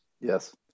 Yes